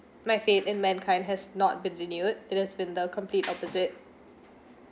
my faith in mankind has not been renewed it has been the complete opposite